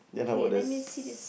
K let me see this